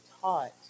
taught